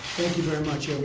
you very much.